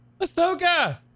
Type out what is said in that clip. Ahsoka